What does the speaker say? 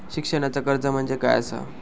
शिक्षणाचा कर्ज म्हणजे काय असा?